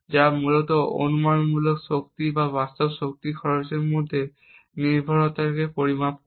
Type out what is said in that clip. যা মূলত অনুমানমূলক শক্তি এবং বাস্তব শক্তি খরচের মধ্যে নির্ভরতাকে পরিমাপ করে